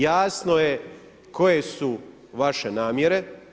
Jasno je koje su vaše namjere.